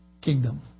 kingdom